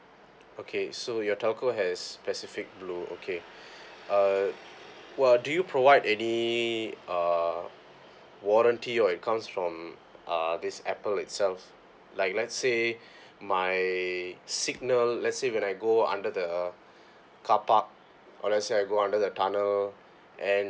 okay so your telco has specific blue okay uh while do you provide any uh warranty or it comes from uh this Apple itself like let's say my signal let's say when I go under the carpark or let's say I go under the tunnel and